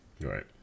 Right